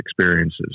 experiences